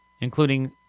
including